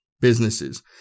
businesses